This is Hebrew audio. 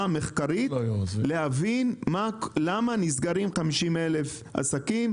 כדי להבין מדוע נסגרים 50,000 עסקים,